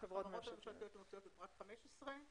חברות ממשלתיות המופעיות בפרט (15),